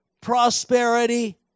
prosperity